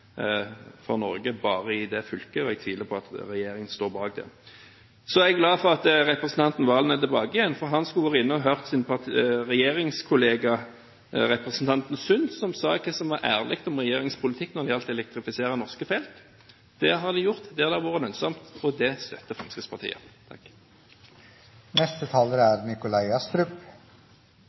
for Norge bare i det fylket, og jeg tviler på at regjeringen står bak det. Så er jeg glad for at representanten Serigstad Valen er tilbake igjen, for han skulle ha vært inne og hørt sin regjeringskollega, representanten Sund, som var ærlig om regjeringens politikk når det gjaldt å elektrifisere norske felt. Det har de gjort der det har vært lønnsomt, og det støtter Fremskrittspartiet.